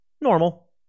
normal